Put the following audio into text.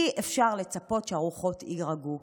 אי-אפשר לצפות שהרוחות יירגעו,